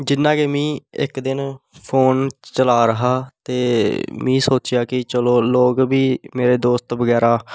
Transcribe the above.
जि'यां के मी इक दिन फोन च चला'रदा हा ते मी सोचेआ कि चलो लोग बी मेरे दोस्त बगैरा